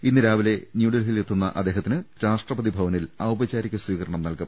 ഇന്ന് രാവിലെ ന്യൂഡൽഹി യിലെത്തുന്ന അദ്ദേഹത്തിന് രാഷ്ട്രപതി ഭവനിൽ ഔപചാരിക സ്വീക രണം നൽകും